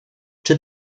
czy